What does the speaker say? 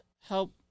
help